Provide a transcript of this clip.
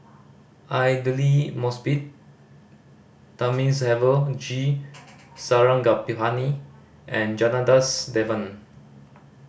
Aidli Mosbit Thamizhavel G Sarangapani and Janadas Devan